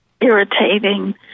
irritating